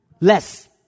less